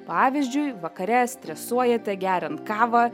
pavyzdžiui vakare stresuojate geriant kavą